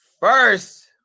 First